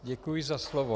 Děkuji za slovo.